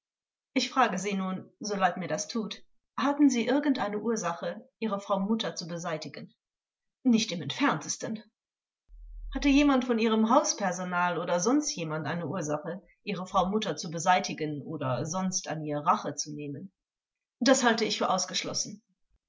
ich frage sie nun so leid mir das tut hatten sie irgendeine ursache ihre frau mutter zu beseitigen zeugin nicht im entferntesten vors hatte jemand von ihrem hauspersonal oder sonst jemand eine ursache ihre frau mutter zu beseitigen oder sonst an ihr rache zu nehmen zeugin das halte ich für ausgeschlossen